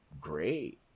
Great